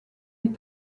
est